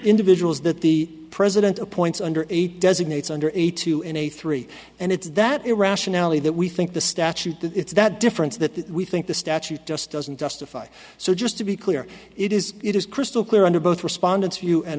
individuals that the president appoints under eight designates under eight to an a three and it's that irrationality that we think the statute that it's that difference that we think the statute just doesn't justify so just to be clear it is it is crystal clear under both responde